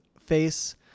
face